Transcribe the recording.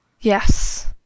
Yes